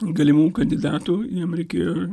galimų kandidatų jam reikėjo